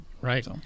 Right